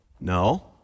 No